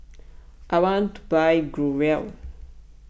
I want to buy Growell